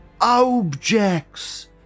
objects